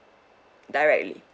directly